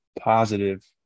positive